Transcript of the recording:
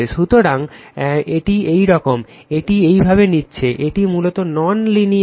সুতরাং এটি এইরকম এটি এইভাবে নিচ্ছে এটি মূলত নন লিনিয়ার